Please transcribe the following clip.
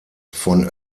von